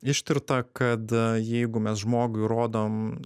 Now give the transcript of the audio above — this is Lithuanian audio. ištirta kad jeigu mes žmogui rodom